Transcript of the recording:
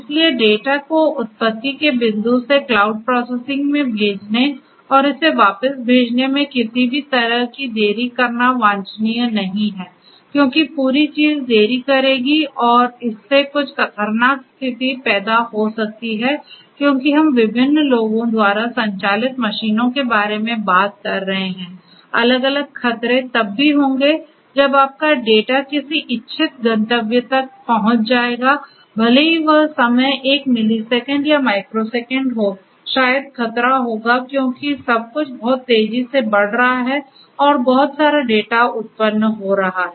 इसलिए डेटा को उत्पत्ति के बिंदु से क्लाउड प्रोसेसिंग में भेजने और इसे वापस भेजने में किसी भी तरह की देरी करना वांछनीय नहीं है क्योंकि पूरी चीज़ देरी करेगी और इससे कुछ ख़तरनाक स्थिति पैदा हो सकती है क्योंकि हम विभिन्न लोगों द्वारा संचालित मशीनों के बारे में बात कर रहे हैं अलग अलग खतरे तब भी होंगे जब आपका डेटा किसी इच्छित गंतव्य तक पहुंच जाएगा भले ही वह समय एक मिलीसेकंड या माइक्रोसेकंड हो शायद खतरा होगा क्योंकि सब कुछ बहुत तेजी से बढ़ रहा है और बहुत सारा डेटा उत्पन्न हो रहा है